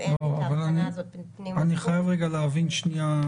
שבאיזון הכולל הטלת נטל --- אני יכולה להסביר את זה.